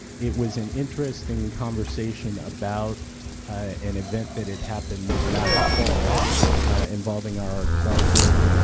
it was an interesting conversation about an event that had happened last fall involving our garfield